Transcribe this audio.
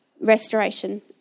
restoration